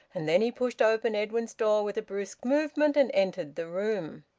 and then he pushed open edwin's door with a brusque movement and entered the room.